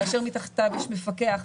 כאשר מתחתיו יש מפקח,